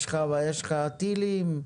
יש לך טילים?